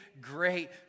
great